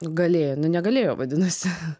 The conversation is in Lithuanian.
galėjo nu negalėjo vadinasi